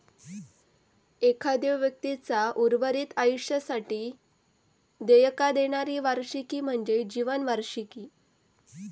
एखाद्यो व्यक्तीचा उर्वरित आयुष्यासाठी देयका देणारी वार्षिकी म्हणजे जीवन वार्षिकी